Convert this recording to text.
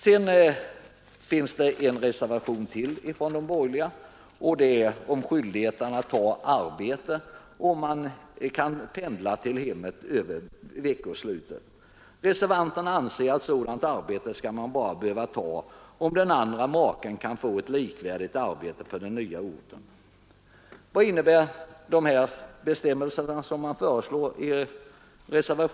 Det finns en reservation till från de borgerliga, nämligen nr 2 om skyldigheten att ta arbete på annan ort om man kan pendla till hemmet över veckosluten. Reservanterna anser att sådant arbete skall man bara behöva ta, om den andra maken kan få ett likvärdigt arbete på den nya orten. Vad innebär en sådan bestämmelse som den föreslagna?